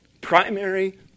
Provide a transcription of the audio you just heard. primary